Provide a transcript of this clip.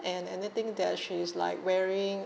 and anything that she's like wearing